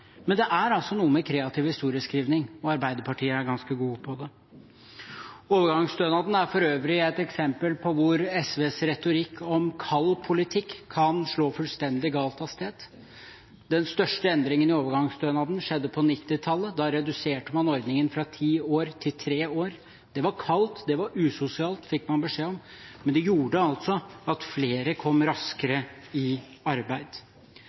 Det er noe med kreativ historieskrivning – og Arbeiderpartiet er ganske gode på det. Overgangsstønaden er for øvrig et eksempel på hvordan SVs retorikk om kald politikk kan slå fullstendig galt ut. Den største endringen i overgangsstønaden skjedde på 1990-tallet. Da reduserte man ordningen fra ti til tre år. Det var kaldt, det var usosialt, fikk man beskjed om. Men det gjorde altså at flere kom raskere i arbeid.